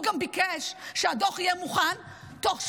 הוא גם ביקש שהדוח יהיה מוכן בתוך שבועיים.